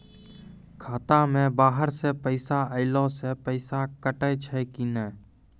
खाता मे बाहर से पैसा ऐलो से पैसा कटै छै कि नै?